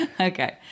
Okay